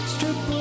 Strip